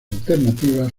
alternativas